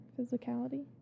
physicality